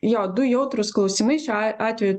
jo du jautrūs klausimai šiuo a atveju